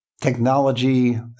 technology